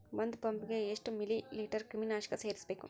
ಒಂದ್ ಪಂಪ್ ಗೆ ಎಷ್ಟ್ ಮಿಲಿ ಲೇಟರ್ ಕ್ರಿಮಿ ನಾಶಕ ಸೇರಸ್ಬೇಕ್?